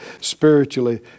spiritually